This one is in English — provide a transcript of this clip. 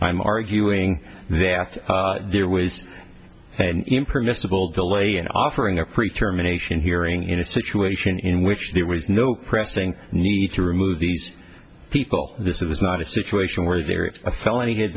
am arguing that there was an impermissible delay in offering a pre term an asian hearing in a situation in which there was no pressing need to remove these people this is not a situation where there is a felony had